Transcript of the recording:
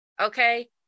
Okay